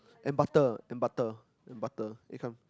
and butter and butter and butter if I'm